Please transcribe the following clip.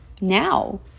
now